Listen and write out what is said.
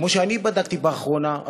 כמו שאני בדקתי באחרונה,